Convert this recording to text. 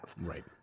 Right